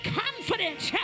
confidence